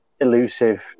elusive